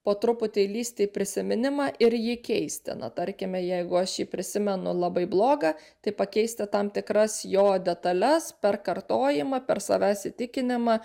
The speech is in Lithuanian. po truputį lįsti į prisiminimą ir jį keisti na tarkime jeigu aš jį prisimenu labai blogą tai pakeisti tam tikras jo detales per kartojimą per savęs įtikinimą